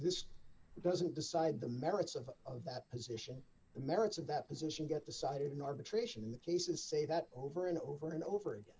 this doesn't decide the merits of that position the merits of that position get decided in arbitration the cases say that over and over and over again